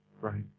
right